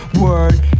Word